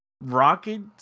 rocket